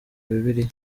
bibiliya